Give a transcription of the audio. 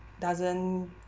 doesn't